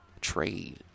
trade